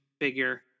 figure